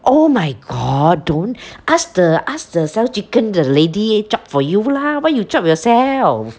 oh my god don't ask the ask the sell chicken the lady chop for you lah why you chop yourself